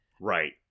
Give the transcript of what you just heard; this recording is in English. Right